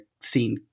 scene